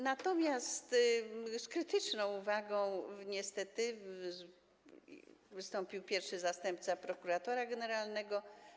Natomiast z krytyczną uwagą niestety wystąpił pierwszy zastępca prokuratora generalnego.